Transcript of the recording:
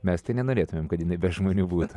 mes tai nenorėtumėm kad jinai be žmonių būtų